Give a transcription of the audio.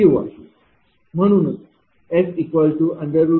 म्हणून SP2Q220